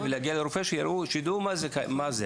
ולהגיע לרופא שידעו מה זה.